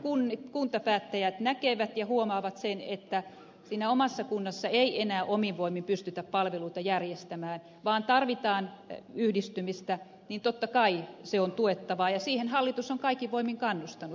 kun kuntapäättäjät näkevät ja huomaavat sen että siinä omassa kunnassa ei enää omin voimin pystytä palveluita järjestämään vaan tarvitaan yhdistymistä niin totta kai se on tuettavaa ja siihen hallitus on kaikin voimin kannustanut